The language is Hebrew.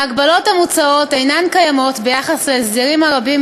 ההגבלות המוצעות אינן קיימות ביחס להסדרים הרבים